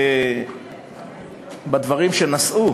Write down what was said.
בדברים שנשאו